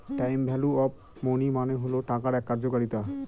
time value of money মানে হল টাকার এক কার্যকারিতা